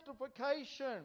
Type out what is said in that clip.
sanctification